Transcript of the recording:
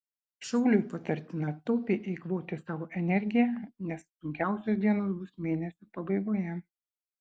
šauliui patartina taupiai eikvoti savo energiją nes sunkiausios dienos bus mėnesio pabaigoje